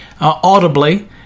audibly